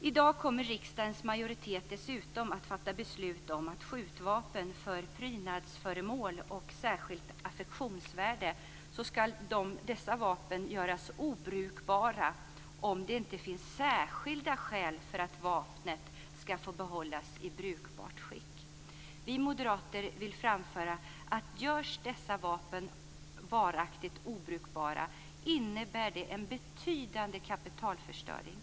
I dag kommer riksdagens majoritet dessutom att fatta beslut om att skjutvapen som prydnadsföremål och med särskilt affektionsvärde ska göras obrukbara om det inte finns särskilda skäl för att vapnet ska få behållas i brukbart skick. Vi moderater vill framföra att görs dessa vapen varaktigt obrukbara innebär det en betydande kapitalförstöring.